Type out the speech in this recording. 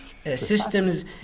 systems